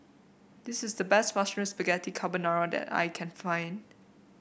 this is the best Mushroom Spaghetti Carbonara that I can find